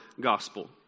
gospel